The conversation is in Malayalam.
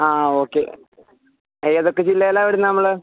ആ ഓക്കെ ഏതൊക്കെ ജില്ലയിലാണ് വിടുന്നത് നമ്മൾ